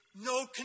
no